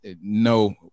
no